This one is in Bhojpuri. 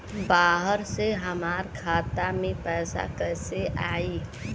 बाहर से हमरा खाता में पैसा कैसे आई?